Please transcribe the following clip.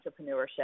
entrepreneurship